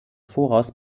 voraus